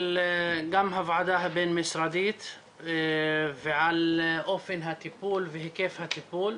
גם הוועדה הבין משרדית ועל אופן הטיפול והיקף הטיפול.